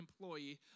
employee